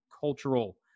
cultural